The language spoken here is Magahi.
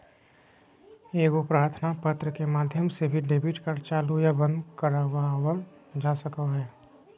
एगो प्रार्थना पत्र के माध्यम से भी डेबिट कार्ड चालू या बंद करवावल जा सको हय